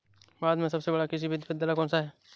भारत में सबसे बड़ा कृषि विश्वविद्यालय कौनसा है?